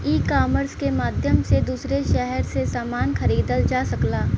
ecommerce के माध्यम से दूसरे शहर से समान खरीदल जा सकला